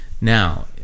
now